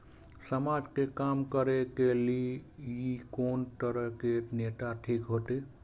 समाज के काम करें के ली ये कोन तरह के नेता ठीक होते?